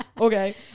Okay